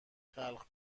خلق